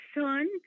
son